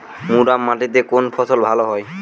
মুরাম মাটিতে কোন ফসল ভালো হয়?